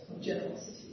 generosity